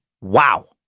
wow